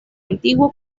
antiguo